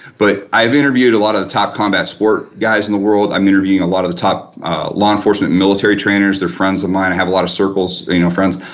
but i've interviewed a lot of top combat sport guys in the world, i'm interviewing a lot of the law enforcement, military trainers, they're friends of mine, i have a lot of circles, you know friends.